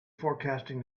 forecasting